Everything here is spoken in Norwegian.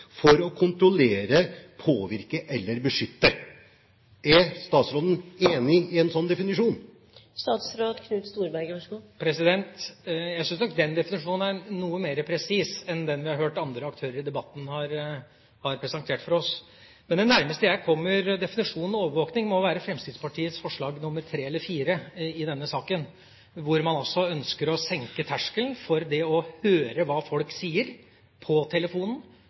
for å kontrollere, påvirke eller beskytte. Er statsråden enig i en sånn definisjon? Jeg syns nok den definisjonen er noe mer presis enn dem vi har hørt andre aktører i debatten presentere for oss. Det nærmeste jeg kommer en definisjon av overvåking, må være Fremskrittspartiets forslag nr. 4 i denne saken, hvor man ønsker å senke terskelen for det å høre hva folk sier i telefonen.